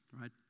right